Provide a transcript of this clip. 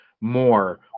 more